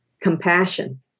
Compassion